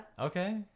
Okay